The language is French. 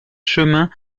chemin